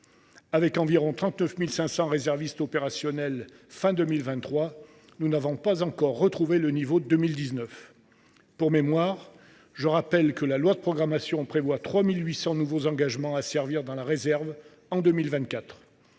Avec environ 39 500 réservistes opérationnels à la fin de 2023, nous n’avons pas encore retrouvé le niveau de 2019. Je rappelle que la loi de programmation prévoit 3 800 nouveaux engagements à servir dans la réserve en 2024.